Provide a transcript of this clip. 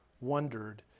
wondered